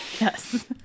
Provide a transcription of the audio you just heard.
Yes